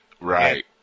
Right